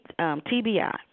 TBI